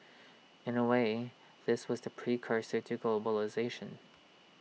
in A way this was the precursor to globalisation